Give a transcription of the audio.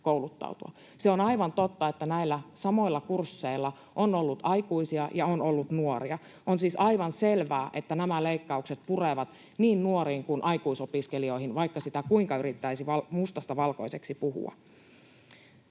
On aivan totta, että näillä samoilla kursseilla on ollut aikuisia ja on ollut nuoria. On siis aivan selvää, että nämä leikkaukset purevat niin nuoriin kuin aikuisopiskelijoihin, vaikka sitä kuinka yrittäisi mustasta valkoiseksi puhua.